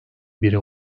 biri